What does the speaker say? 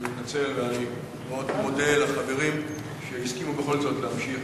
אני מתנצל ואני מאוד מודה לחברים שהסכימו בכל זאת להמשיך